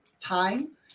time